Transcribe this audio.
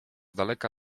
daleka